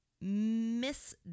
Miss